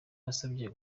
yasabye